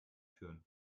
führen